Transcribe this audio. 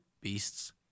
beasts